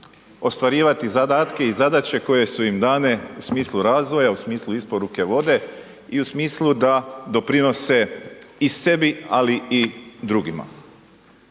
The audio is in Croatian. ostvarivati zadatke i zadaće koje su im dane u smislu razvoja, u smislu isporuke vode i u smislu da doprinose i sebi ali i drugima.